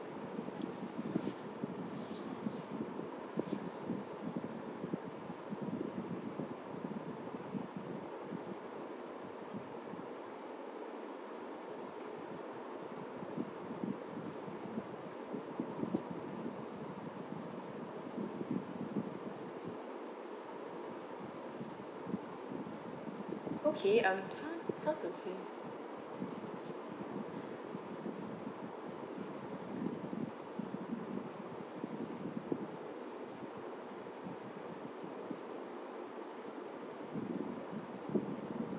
okay um sound sounds okay